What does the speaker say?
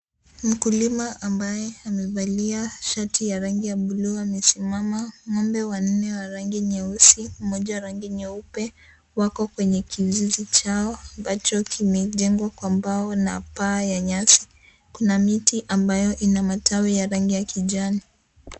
Mkulima ambaye amevalia shati ya rangi ya bluu amesimama, ngombe wanne wa rangi nyeusi, mmoja rangi nyeupe wako kwenye kizizi chao ambacho kimejengwa kwa mbao na paa ya nyasi. Kuna miti ambayo ina matawi ya rangi ya kijani.